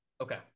okay